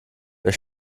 wer